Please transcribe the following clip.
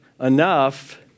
enough